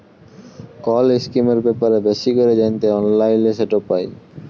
call ইসকিমের ব্যাপারে বেশি ক্যরে জ্যানতে অললাইলে সেট পায়